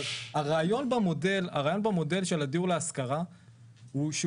אבל הרעיון במודל של הדיור להשכרה הוא שהוא